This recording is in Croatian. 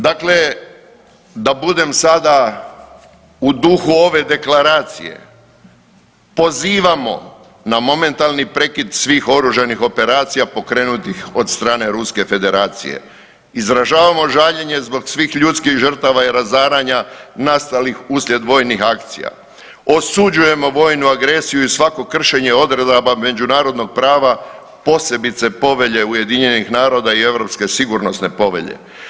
Dakle, da budem sada u duhu ove deklaracije, pozivamo na momentalni prekid svih oružanih operacija pokrenutih od strne Ruske Federacije, izražavamo žaljenje zbog svih ljudskih žrtava i razaranja nastalih uslijed vojnih akcija, osuđujemo vojnu agresiju i svako kršenje odredaba međunarodnog prava, posebice Povelje UN-a i Europske sigurnosne povelje.